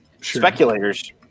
speculators